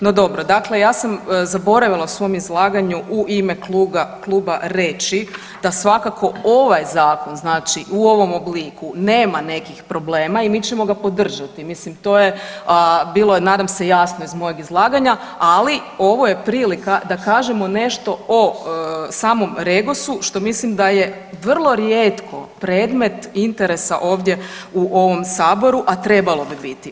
No, dobro, dakle ja sam zaboravila u svom izlaganju u ime kluba reći da svakako ovaj zakon, znači u ovom obliku nema nekih problema i mi ćemo ga podržati, mislim to je, bilo je nadam se jasno iz mojeg izlaganja, ali ovo je prilika da kažemo nešto o samom REGOS-u što mislim da je vrlo rijetko predmet interesa ovdje u ovom saboru, a trebalo bi biti.